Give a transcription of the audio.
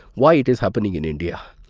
why it is happening in india?